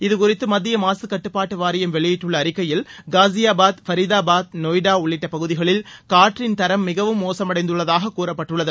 இதுகுறித்து மத்திய மாசுக்கட்டுபாட்டு வாரியம் வெளியிட்டுள்ள அறிக்கையில் காஸியாபாத் ஃபரிதாபாத் நொய்டா உள்ளிட்ட பகுதிகளில் காற்றின் தரம் மிகவும் மோசமடைந்துள்ளதாக கூறப்பட்டுள்ளது